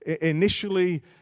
initially